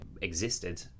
existed